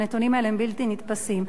הנתונים האלה הם בלתי נתפסים.